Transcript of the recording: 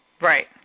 Right